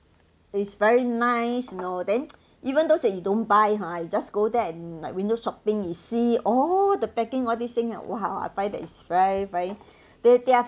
is very nice you know then even though that you don't buy hor you just go there and like window shopping you see all the packing all this thing ah !wow! I find that is very very